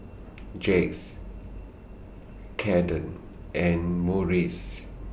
Jax Cayden and